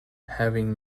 having